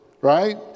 right